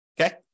Okay